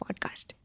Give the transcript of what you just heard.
podcast